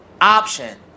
option